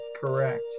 correct